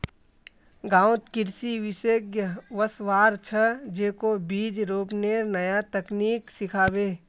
गांउत कृषि विशेषज्ञ वस्वार छ, जेको बीज रोपनेर नया तकनीक सिखाबे